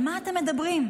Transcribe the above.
על מה אתם מדברים?